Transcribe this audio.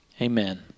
amen